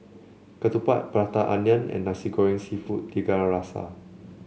ketupat Prata Onion and Nasi Goreng seafood Tiga Rasa